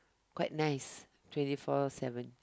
quite nice twenty four seven